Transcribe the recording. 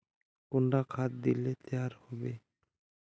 कुंडा खाद दिले तैयार होबे बे?